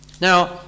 Now